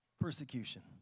Persecution